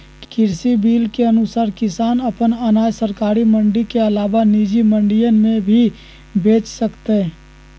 कृषि बिल के अनुसार किसान अपन अनाज सरकारी मंडी के अलावा निजी मंडियन में भी बेच सकतय